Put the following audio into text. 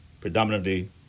predominantly